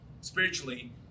spiritually